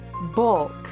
Bulk